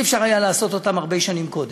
לא היה אפשר לעשות אותה הרבה שנים קודם,